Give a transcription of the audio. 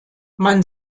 man